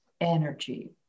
energy